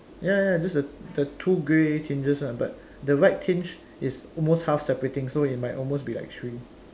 ya ya ya just the the two grey tinges lah but the right tinge is almost half separating so it might almost be like three